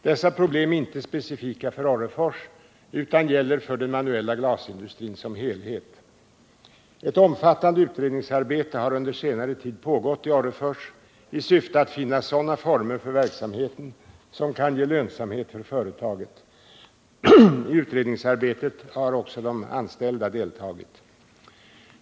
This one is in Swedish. Dessa problem är inte specifika för Orrefors utan gäller för den manuella glasindustrin som helhet. Ett omfattande utredningsarbete har under senare tid pågått inom Orrefors i syfte att finna sådana former för verksamheten som kan ge lönsamhet för företaget. I utredningsarbetet har även de anställda deltagit.